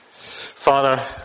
Father